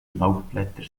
laubblätter